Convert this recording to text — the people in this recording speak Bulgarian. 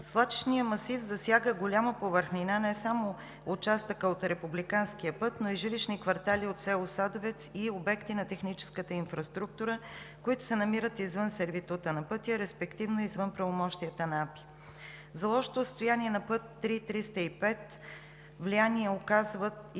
Свлачищният масив засяга голяма повърхнина, не само участъка от републиканския път, но и жилищни квартали от село Садовец и обекти на техническа инфраструктура, които се намират извън сервитута на пътя, респективно извън правомощията на АПИ. За лошото състояние на път III-305 влияние оказват и честите